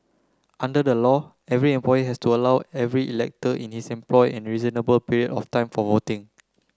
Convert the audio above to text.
under the law every employer has to allow every elector in his employ a reasonable period of time for voting